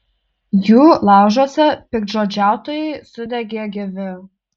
jų laužuose piktžodžiautojai sudegė gyvi